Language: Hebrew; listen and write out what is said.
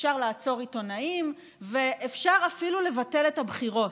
אפשר לעצור עיתונאים ואפשר אפילו לבטל את הבחירות,